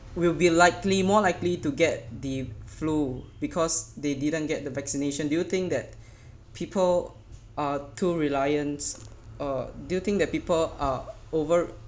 will be likely more likely to get the flu because they didn't get the vaccination do you think that people are two reliance uh do you think that people are over